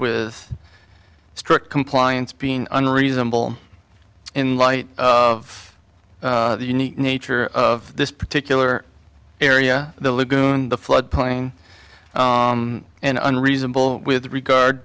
with strict compliance being unreasonable in light of the unique nature of this particular area the lagoon the flood plain and unreasonable with regard